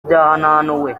byahananuwe